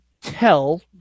tell